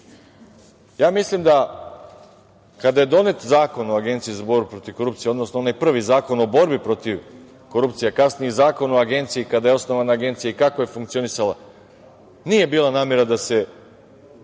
tumačenje. Mislim da kada je donet Zakon o Agenciji za borbu protiv korupcije, odnosno onaj prvi zakon o borbi protiv korupcije, a kasnije Zakon o agenciji kada je osnovana Agencija i kako je funkcionisala, nije bila namera da se